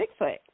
Bigfoot